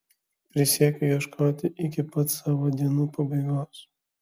prisiekiu ieškoti iki pat savo dienų pabaigos